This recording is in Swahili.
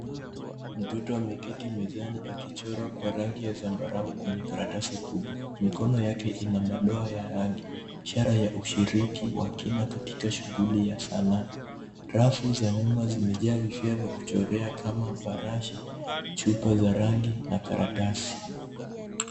Mtoto ameketi mezani akichora kwa rangi ya zambarau kwenye karatasi kubwa. Mikono yake ina madoa ya rangi, ishara ya ushiriki wa kina katika shughuli ya sanaa. Rafu za nyuma zimejaa vifaa vya kuchorea kama brush ,chupa za rangi na karatasi.